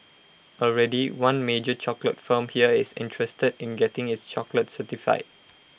already one major chocolate firm here is interested in getting its chocolates certified